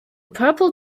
purple